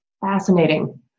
fascinating